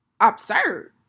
absurd